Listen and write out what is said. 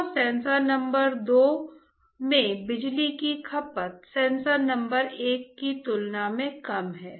तो sensor number दो में बिजली की खपत सेंसर नंबर एक की तुलना में कम है